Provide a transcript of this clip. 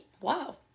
Wow